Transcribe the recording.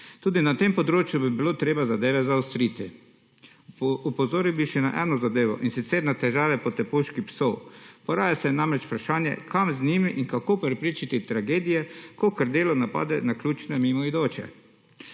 Tudi na tem področju bi bilo treba zadeve zaostriti. Opozoril bi še na eno zadevo in sicer na težave potepuških psov. Poraja se namreč vprašanje kam z njimi in kako preprečiti tragedijo, ko krdelo napade naključne mimoidoče.